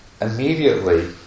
immediately